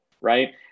right